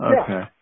Okay